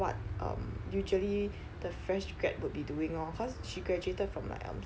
what um usually the fresh grad would be doing lor cause she graduated from like um